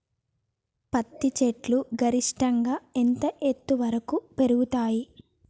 పత్తి చెట్లు గరిష్టంగా ఎంత ఎత్తు వరకు పెరుగుతయ్?